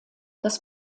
das